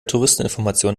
touristeninformation